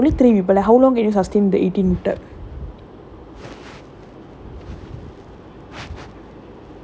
ya honestly and அதுவும் வந்து:athuvum vanthu eighteen piece முட்ட:mutta like like what can even we do and only three people but how long can you sustain the eighteen mutta